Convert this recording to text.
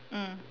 mm